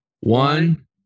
One